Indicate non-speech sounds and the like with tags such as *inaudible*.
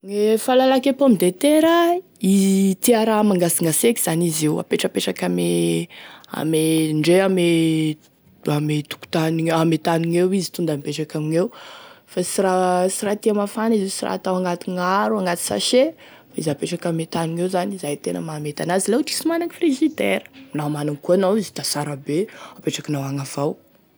Gne fahalalako e pomme de terre tia raha mangasengaseky zany izy io apetrapetraky ame ame *hesitation* ndre ame *hesitation* ame tokontany ame tany gneo izy tonda apetraky amigneo fa sy raa *hesitation* tsy raha tia mafana izy io sy raha atao agnaty gnaro agnaty sachet izy apetraky ame tany gneo zany izay e tena mahamety an'azy la ohatry sy managny frigidaire la managny koa anao izy da sara be apetrakinao agny avao.